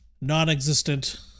non-existent